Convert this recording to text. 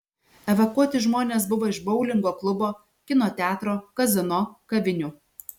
evakuoti žmonės buvo iš boulingo klubo kino teatro kazino kavinių